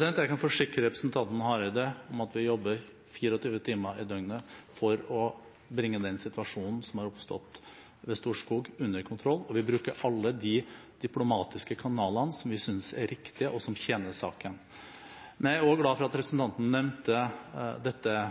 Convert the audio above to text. Jeg kan forsikre representanten Hareide om at vi jobber 24 timer i døgnet for å bringe den situasjonen som har oppstått ved Storskog, under kontroll. Vi bruker alle de diplomatiske kanalene som vi synes er riktige, og som tjener saken. Jeg er også glad for at representanten nevnte dette